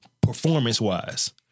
Performance-wise